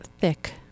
Thick